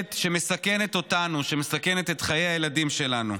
טיילת שמסכנת אותנו, שמסכנת את חיי הילדים שלנו,